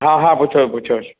हा हा पुछोसि पुछोसि